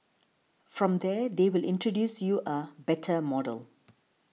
from there they will introduce you a 'better' model